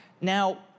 Now